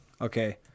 Okay